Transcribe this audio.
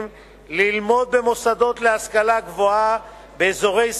ללמוד במוסדות להשכלה גבוהה באזורי סיוע,